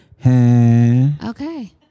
Okay